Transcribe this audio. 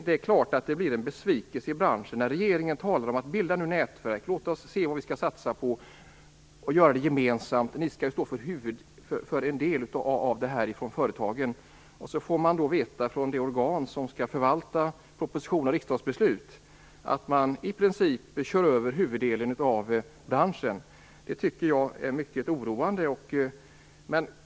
Det är klart att det blir en besvikelse i branschen när regeringen säger: Bilda nu nätverk och låt oss se vad vi skall satsa på och göra det gemensamt! En del av det här skall företagen stå för. Men sedan får de från det organ som skall förvalta proposition och riksdagsbeslut höra att man i princip kör över huvuddelen av branschen. Jag tycker att det är mycket oroande.